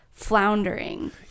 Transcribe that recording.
Floundering